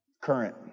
current